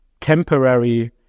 temporary